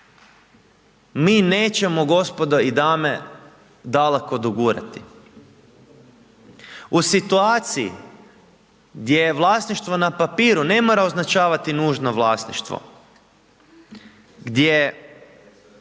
mi nećemo gospodo i dame, daleko dogurati u situaciji gdje vlasništvo na papiru ne mora označavati nužno vlasništvo, gdje